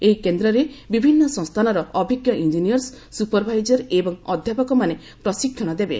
ଏହି କେନ୍ଦ୍ରରେ ବିଭିନ୍ନ ସଂସ୍ଥାନର ଅଭିଜ୍ଞ ଇଞ୍ଜିନିୟର୍ସ ସୁପର୍ଭାଇଜର ଏବଂ ଅଧ୍ୟାପକମାନେ ପ୍ରଶିକ୍ଷଣ ଦେବେ